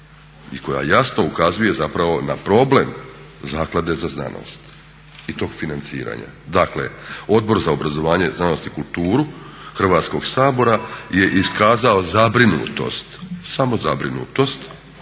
i koja jasno ukazuje zapravo na problem Zaklade za znanost i tog financiranja. Dakle Odbor za obrazovanje, znanost i kulturu Hrvatskog sabora je iskazao zabrinutost, samo zabrinutost